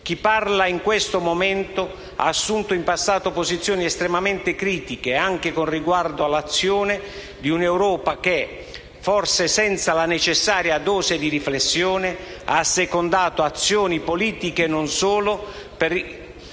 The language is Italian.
Chi parla in questo momento ha assunto in passato posizioni estremamente critiche, anche con riguardo all'azione di un'Europa che, forse senza la necessaria dose di riflessione, ha assecondato azioni (politiche e non solo) poi